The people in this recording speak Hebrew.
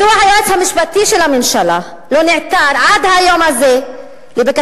מדוע היועץ המשפטי של הממשלה לא נעתר עד היום הזה לבקשה